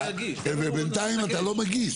ובינתיים אתה לא מגיש.